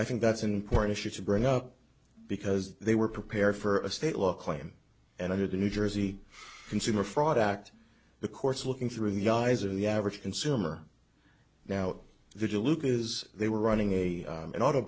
i think that's an important issue to bring up because they were prepared for a state law claim and i did in new jersey consumer fraud act the course looking through the eyes of the average consumer now vigilant is they were running a an auto